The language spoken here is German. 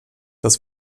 dass